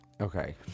Okay